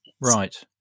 Right